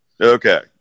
Okay